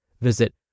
Visit